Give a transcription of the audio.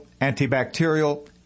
antibacterial